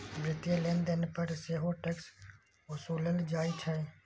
वित्तीय लेनदेन पर सेहो टैक्स ओसूलल जाइ छै